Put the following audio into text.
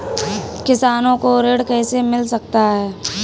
किसानों को ऋण कैसे मिल सकता है?